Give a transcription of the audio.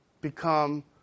become